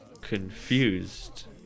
Confused